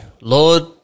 Lord